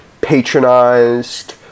patronized